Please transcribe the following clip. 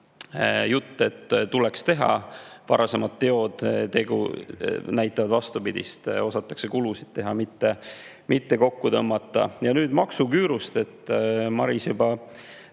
jutu, et tuleks teha. Varasemad teod näitavad vastupidist: osatakse kulutada, mitte kokku tõmmata. Ja nüüd maksuküürust. Maris juba